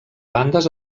bandes